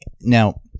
Now